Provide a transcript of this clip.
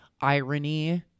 irony